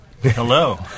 Hello